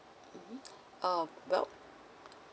mmhmm uh well